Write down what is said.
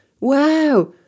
wow